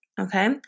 okay